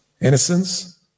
Innocence